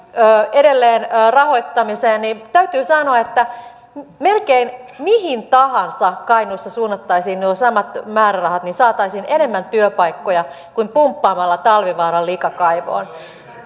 edelleenrahoittamiseen niin täytyy sanoa että jos melkein mihin tahansa kainuussa suunnattaisiin nuo samat määrärahat niin saataisiin enemmän työpaikkoja kuin pumppaamalla talvivaaran likakaivoon